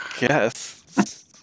yes